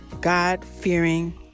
God-fearing